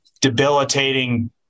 debilitating